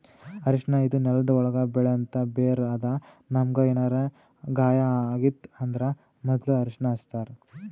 ಅರ್ಷಿಣ ಇದು ನೆಲ್ದ ಒಳ್ಗ್ ಬೆಳೆಂಥ ಬೇರ್ ಅದಾ ನಮ್ಗ್ ಏನರೆ ಗಾಯ ಆಗಿತ್ತ್ ಅಂದ್ರ ಮೊದ್ಲ ಅರ್ಷಿಣ ಹಚ್ತಾರ್